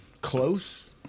close